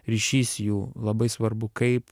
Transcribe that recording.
ryšys jų labai svarbu kaip